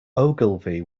ogilvy